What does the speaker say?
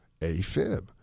AFib